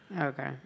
Okay